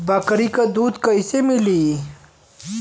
बकरी क दूध कईसे मिली?